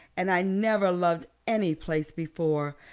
and i never loved any place before.